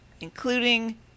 including